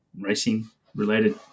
racing-related